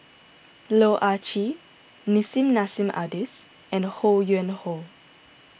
Loh Ah Chee Nissim Nassim Adis and Ho Yuen Hoe